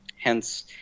hence